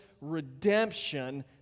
redemption